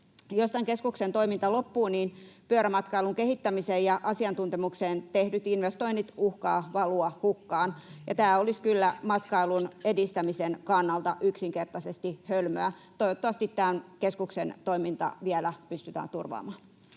Jos tämän keskuksen toiminta loppuu, niin pyörämatkailun kehittämiseen ja asiantuntemukseen tehdyt investoinnit uhkaavat valua hukkaan, ja tämä olisi kyllä matkailun edistämisen kannalta yksinkertaisesti hölmöä. Toivottavasti tämän keskuksen toiminta vielä pystytään turvaamaan.